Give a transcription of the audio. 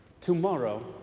Tomorrow